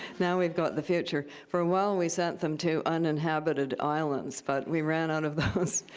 now we've got the future. for a while, we sent them to uninhabited islands, but we ran out of those.